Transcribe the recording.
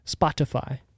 Spotify